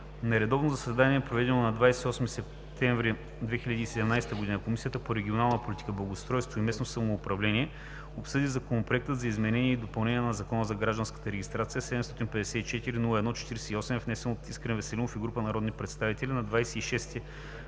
На редовно заседание, проведено на 28 септември 2017 г., Комисията по регионална политика, благоустройство и местно самоуправление обсъди Законопроект за изменение и допълнение на Закона за гражданската регистрация, № 754-01-48, внесен от Искрен Веселинов и група народни представители на 26 юли